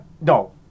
No